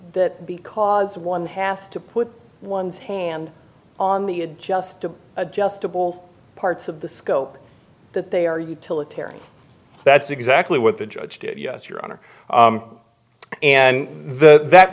that because one has to put one's hand on the adjustable adjustable parts of the scope that they are utilitarian that's exactly what the judge did yes your honor and the that